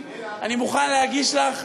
אני מוכן להגיש לך,